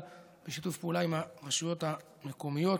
בשיתוף פעולה עם הרשויות המקומיות.